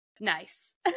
Nice